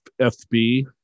FB